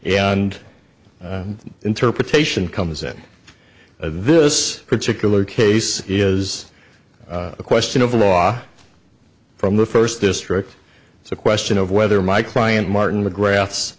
and interpretation comes in this particular case is a question of law from the first district it's a question of whether my client martin mcgrath